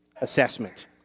assessment